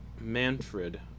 Manfred